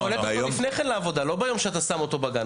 אתה קולט אותם לפני כן לעבודה ולא ביום שאתה שם אותם בגן.